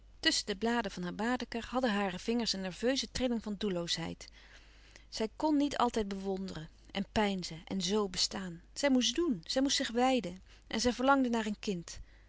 tusschen de bladen van haar baedeker hadden hare vingers een nerveuze trilling van doelloosheid zij kn niet altijd bewonderen en peinzen en z bestaan zij moest doen zij moest zich wijden en zij verlangde naar een kind